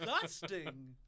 disgusting